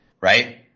Right